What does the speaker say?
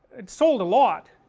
it sold a lot